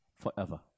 forever